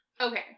okay